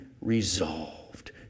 resolved